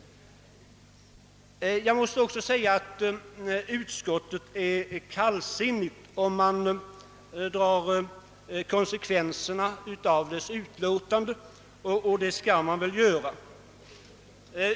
Jag måste också säga att utskottet är kallsinnigt, om man drar konsekvenserna av dess ställningstagande i utlåtandet — och det skall man väl göra.